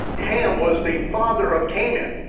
ham was the father of canaan,